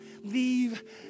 leave